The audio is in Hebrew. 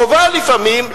חובה לפעמים,